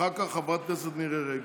ואחר כך, חברת הכנסת מירי רגב.